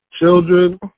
children